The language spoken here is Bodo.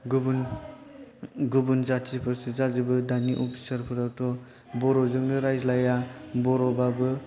गुबुन गुबुन जातिफोरसो जाजोबो दानि अफिसार फोराथ' बर'जोंनो रायज्लाया बर'बाबो